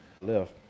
Left